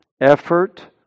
effort